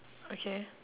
okay